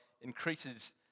increases